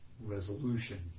Resolution